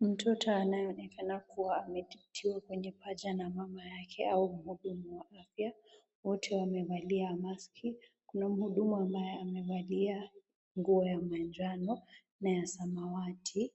Mtoto anayeonekana kuwa ametitiwa kwenye paja na mama yake au mhudumu wa afya, wote wamevalia maski, kuna mhudumu ambaye amevalia nguo ya manjano na ya samawati,